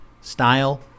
style